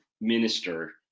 minister